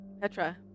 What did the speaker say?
Petra